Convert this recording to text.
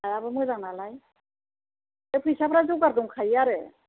हायाबो मोजां नालाय ओमफ्राय फैसाफ्रा जगार दंखायो आरो